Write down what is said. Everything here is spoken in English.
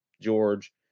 George